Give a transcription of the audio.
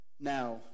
now